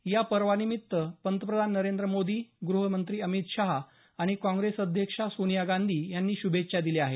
या पर्वानिमित्त पंतप्रधान नरेंद्र मोदीगृहमंत्री अमित शहा आणि काँग्रेस अध्यक्ष सोनिया गांधी यांनी श्रभेच्छा दिल्या आहेत